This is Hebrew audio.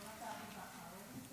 תודה רבה, אדוני היושב